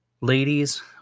Ladies